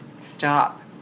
Stop